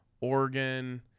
oregon